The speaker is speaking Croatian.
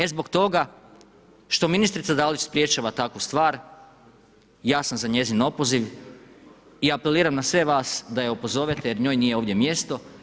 E zbog toga što ministrica Dalić sprječava takvu stvar, ja sam za njezin opoziv i apeliram na sve vas da je opozovete jer njoj nije ovdje mjesto.